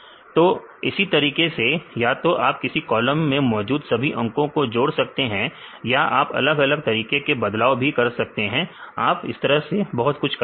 तो इसी तरीके से या तो आप किसी कॉलम में मौजूद सभी अंको को जोड़ सकते हैं या आप अलग अलग तरीके के बदलाव भी कर सकते हैं आप बहुत कुछ कर सकते हैं